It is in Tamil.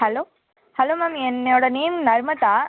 ஹலோ ஹலோ மேம் என்னோட நேம் நர்மதா